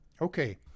Okay